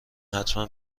حتما